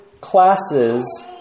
classes